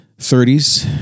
30s